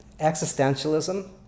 existentialism